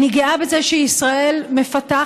אני גאה בזה שישראל מפתחת,